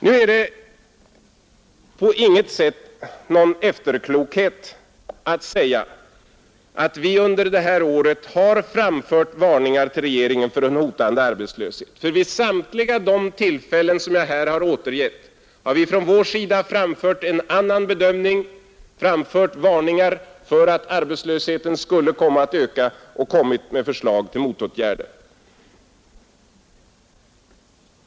Det är på intet sätt någon efterklokhet att säga att vi under detta år framfört varningar till regeringen för en hotande arbetslöshet. Ty vid samtliga de tillfällen som jag här återgett har vi från vår sida framfört en annan bedömning, framfört varningar om att arbetslösheten skulle komma att öka och kommit med förslag till motåtgärder.